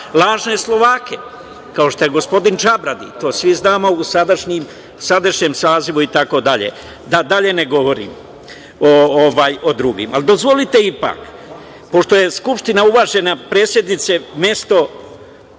lažne Slovake, kao što je gospodin Čabradi. To svi znamo u sadašnjem sazivu itd. Da dalje ne govorim o drugima. Dozvolite ipak, pošto je Skupština, uvažena predsednice, mesto